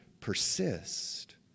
persist